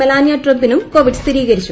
Melania ട്രംപിനും Covid സ്ഥിരീകരിച്ചു